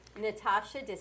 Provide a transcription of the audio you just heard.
Natasha